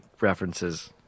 references